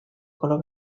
color